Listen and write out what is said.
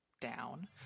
Down